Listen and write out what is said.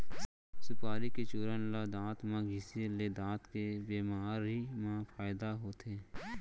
सुपारी के चूरन ल दांत म घँसे ले दांत के बेमारी म फायदा होथे